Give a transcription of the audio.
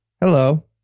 Hello